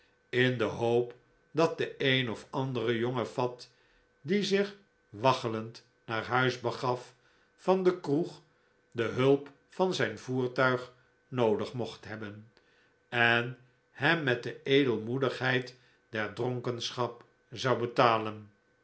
in de hoop dat de een of andere jonge fat die zich waggelend naar huis begaf van de kroeg de hulp van zijn voertuig noodig mocht hebben en hem met de edelmoedigheid der dronkenschap zou betalen